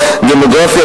דמוגרפיה,